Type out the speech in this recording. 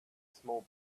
small